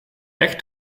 echt